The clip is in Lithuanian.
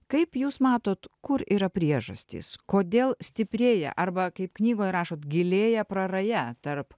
kaip jūs matot kur yra priežastys kodėl stiprėja arba kaip knygoj rašot gilėja praraja tarp